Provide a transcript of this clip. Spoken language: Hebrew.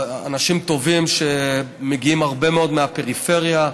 אנשים טובים שמגיעים הרבה מאוד מהפריפריה,